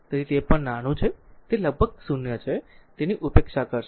તેથી તે પણ નાનું છે તે લગભગ 0 છે તેની ઉપેક્ષા કરશે